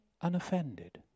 unoffended